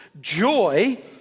Joy